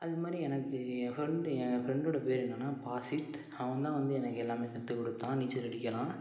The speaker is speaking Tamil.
அது மாதிரி எனக்கு என் ஃப்ரெண்டு என் ஃப்ரெண்டோடய பேரு என்னன்னால் பாஸித் அவன் தான் வந்து எனக்கு எல்லாமே கற்றுக் கொடுத்தான் நீச்சல் அடிக்கலாம்